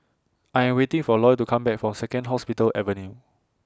I Am waiting For Loy to Come Back from Second Hospital Avenue